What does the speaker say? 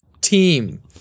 Team